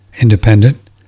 independent